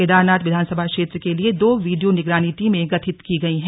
केदारनाथ विधानसभा क्षेत्र के लिए दो वीडियो निगरानी टीमें गठित की गई है